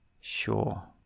Sure